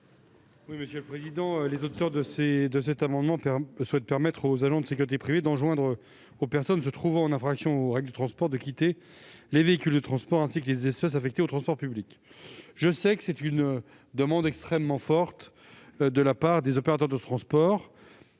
la commission ? Les auteurs de cet amendement souhaitent permettre aux agents de sécurité privée d'enjoindre aux personnes se trouvant en infraction aux règles de transport de quitter les véhicules de transport ainsi que les espaces affectés au transport public. Je sais que c'est une demande extrêmement forte des opérateurs de transport,